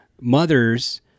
mothers